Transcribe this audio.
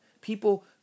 People